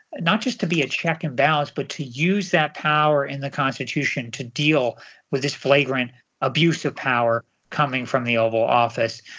not just to be a check and balance, but to use that power in the constitution to deal with this flagrant abuse of power coming from the oval office.